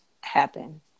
happen